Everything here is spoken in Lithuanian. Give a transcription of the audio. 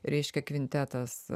reiškia kvintetas